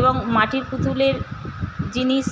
এবং মাটির পুতুলের জিনিস